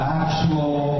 actual